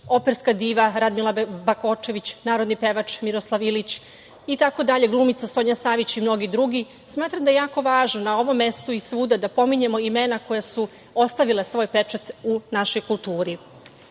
operska diva Radmila Bakočević, narodni pevač Miroslav Ilić, glumica Sonja Savić i mnogi drugi. Smatram da je jako važno na ovom mestu i svuda da pominjemo imena koja su ostavila svoj pečat u našoj kulturi. Ja